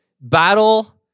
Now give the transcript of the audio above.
battle